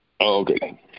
Okay